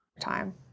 Time